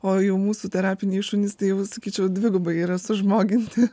o jau mūsų terapiniai šunys tai jau sakyčiau dvigubai yra sužmoginti